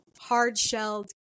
hard-shelled